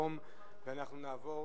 נעבור